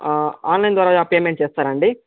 ఆ ఆన్లైన్ ద్వారా పేమెంట్ చేస్తారా అండి